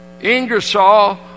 Ingersoll